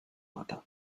mata